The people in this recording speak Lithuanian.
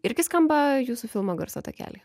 irgi skamba jūsų filmo garso takely